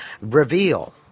reveal